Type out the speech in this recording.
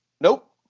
Nope